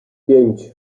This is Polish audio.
pięć